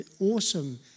awesome